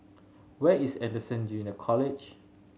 where is Anderson Junior College